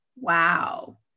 Wow